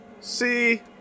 See